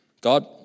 God